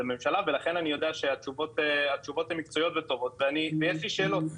הממשלה ולכן אני יודע שהתשובות הן מקצועיות וטובות ואני יש לי שאלות.